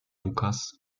lukas